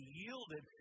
yielded